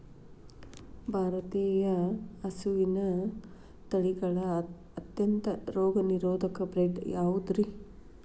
ಭಾರತೇಯ ಹಸುವಿನ ತಳಿಗಳ ಅತ್ಯಂತ ರೋಗನಿರೋಧಕ ಬ್ರೇಡ್ ಯಾವುದ್ರಿ?